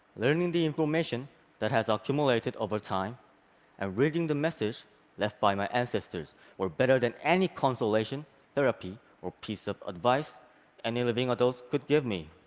learning the information that has accumulated over time and ah reading the message left by my ancestors were better than any consolation therapy or piece of advice any living adults could give me.